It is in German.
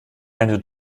eine